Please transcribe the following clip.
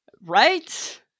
right